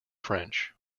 french